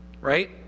Right